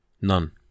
none